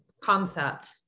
concept